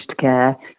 care